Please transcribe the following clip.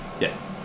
Yes